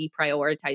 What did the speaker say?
deprioritize